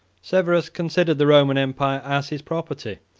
severus considered the roman empire as his property,